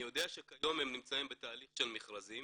אני יודע שכיום הם נמצאים בתהליך של מכרזים